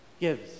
gives